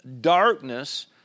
darkness